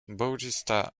bautista